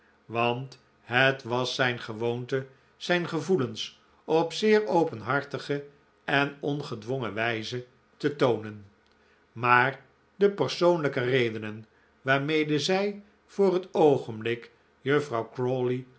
want het was zijn gewoonte zijn gevoelens op zeer openhartige en ongedwongen wijze te toonen maar de persoonlijke redenen waarmee zij voor het oogenblik juffrouw